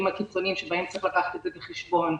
הקיצוניים שבהם צריך לקחת את זה בחשבון.